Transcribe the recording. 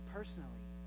Personally